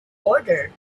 ordered